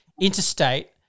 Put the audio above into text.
interstate